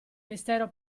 mistero